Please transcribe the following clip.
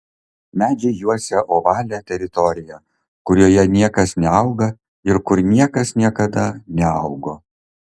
medžiai juosia ovalią teritoriją kurioje niekas neauga ir kur niekas niekada neaugo